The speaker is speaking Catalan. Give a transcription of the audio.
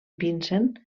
vincent